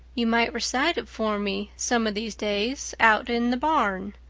you might recite it for me some of these days, out in the barn,